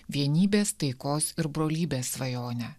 vienybės taikos ir brolybės svajonę